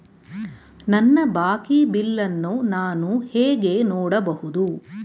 ನನ್ನ ಬಾಕಿ ಬಿಲ್ ಅನ್ನು ನಾನು ಹೇಗೆ ನೋಡಬಹುದು?